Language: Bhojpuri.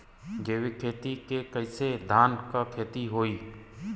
जैविक खेती से कईसे धान क खेती होई?